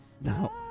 No